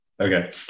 Okay